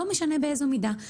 לא משנה באיזו מידה.